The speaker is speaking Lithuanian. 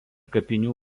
kapinių